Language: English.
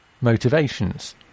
motivations